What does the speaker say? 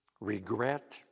regret